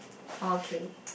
okay